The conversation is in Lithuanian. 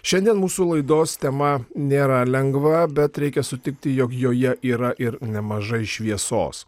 šiandien mūsų laidos tema nėra lengva bet reikia sutikti jog joje yra ir nemažai šviesos